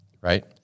right